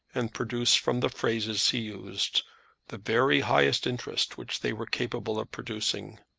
and produce from the phrases he used the very highest interest which they were capable of producing.